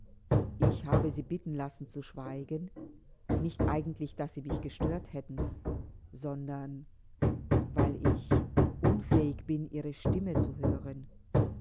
ich habe sie bitten lassen zu schweigen nicht eigentlich daß sie mich gestört hätten sondern weil ich unfähig bin ihre stimme zu hören